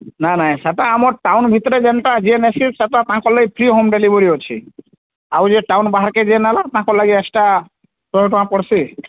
ନାଇ ନାଇ ସେଟା ଆମର ଟାଉନ୍ ଭିତରେ ଯେମିତି ଯିଏ ନେସି ସାତଟା ପାଞ୍ଚଟା ଲାଗି ଫ୍ରି ହୋମ୍ ଡେଲିଭରି ଅଛି ଆଉ ଯିଏ ଟାଉନ୍ ବାହାରକୁ ନେଲା ତାଙ୍କ ଲାଗି ଏକ୍ଟ୍ରା ଶହେ ଟଙ୍କା ପଡ଼ିବ